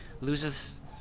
loses